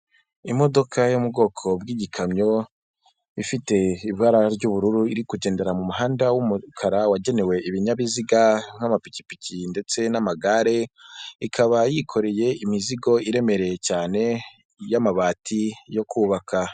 Imodoka yo mu bwoko bw'igikamyo ifite ibara ry'ubururu iri kugendera mu muhanda w'umukara wagenewe ibinyabiziga, nk'amapikipiki ndetse n'amagare ,ikaba yikoreye imizigo iremereye cyane y'amabati yo kubaka.